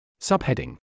Subheading